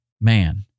man